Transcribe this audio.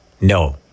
No